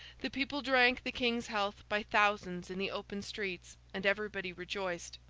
the people drank the king's health by thousands in the open streets, and everybody rejoiced.